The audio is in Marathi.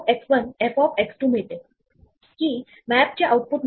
आपण लिस्ट आणि इतर डेटा स्ट्रक्चर प्रमाणे मेंबरशिप चाचणी करू शकतो